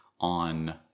on